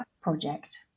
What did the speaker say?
project